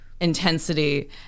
intensity